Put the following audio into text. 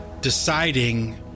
deciding